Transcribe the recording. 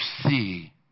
see